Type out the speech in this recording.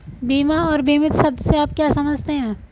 बीमा और बीमित शब्द से आप क्या समझते हैं?